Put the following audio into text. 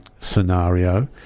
scenario